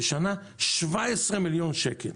ובשנה 17 מיליון שקל.